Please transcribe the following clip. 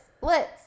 blitz